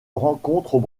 rencontrent